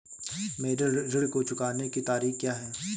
मेरे ऋण को चुकाने की तारीख़ क्या है?